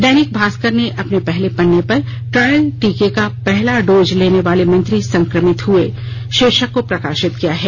दैनिक भास्कर ने अपने पहले पन्ने पर ट्रायल टीके का पहला डोज लेने वाले मंत्री संकमित हुए भाीर्शक को प्रकाशित किया है